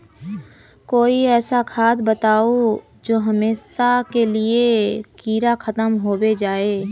कोई ऐसा खाद बताउ जो हमेशा के लिए कीड़ा खतम होबे जाए?